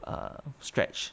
uh stretch